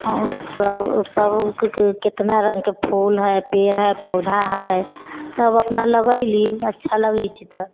हँ सभ केतना रङ्गके फूल हइ पेड़ हइ पौधा हए सभ अपना लगैली अच्छा लगैत छै तऽ